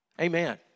Amen